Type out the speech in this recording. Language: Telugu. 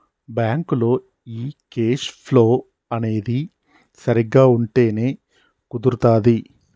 బ్యాంకులో ఈ కేష్ ఫ్లో అనేది సరిగ్గా ఉంటేనే కుదురుతాది